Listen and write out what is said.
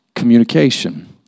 communication